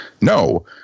no